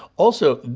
also,